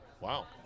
Wow